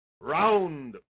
Round